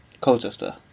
Colchester